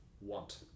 want